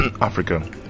Africa